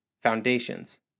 Foundations